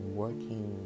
working